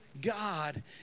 God